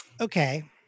Okay